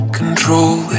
control